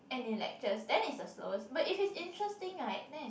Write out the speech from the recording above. and in lectures then it's the slowest but if it's interesting right then it's